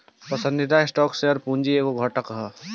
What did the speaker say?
पसंदीदा stock share पूंजी के एगो घटक ह